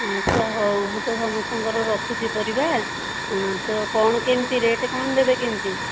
ଆଚ୍ଛା ହଉ ମୁଁ ତ ସମସ୍ତଙ୍କର ରଖୁଛି ପରିବା କ'ଣ କେମିତି କ'ଣ ରେଟ୍ ଦେବେ କେମିତି